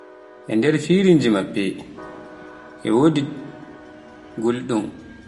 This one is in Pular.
e nder firinjin meje e wodi gulɗum.